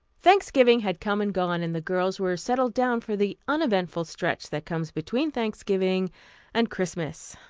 thanksgiving had come and gone, and the girls were settled down for the uneventful stretch that comes between thanksgiving and christmas.